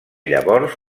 llavors